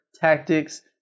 tactics